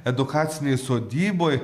edukacinėj sodyboj